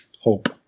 hope